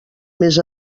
més